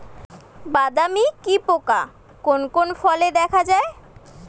বাদামি কি পোকা কোন কোন ফলে দেখা যায়?